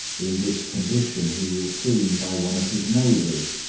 in this condition he was seen by one of his neighbours,